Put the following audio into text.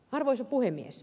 arvoisa puhemies